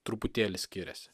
truputėlį skiriasi